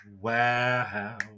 Wow